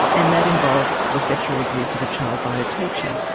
and that involved the sexual abuse of a child by a teacher.